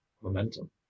momentum